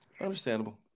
understandable